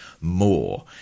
more